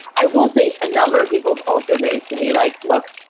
i will say a number of people have also raised to me like, look,